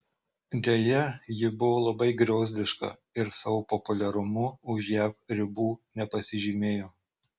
deja ji buvo labai griozdiška ir savo populiarumu už jav ribų nepasižymėjo